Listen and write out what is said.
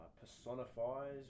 personifies